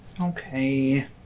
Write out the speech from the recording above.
okay